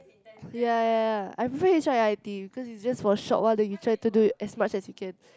ya ya I prefer H_I_I_T cause is just for a short while then you try to do it as much as you can